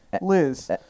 liz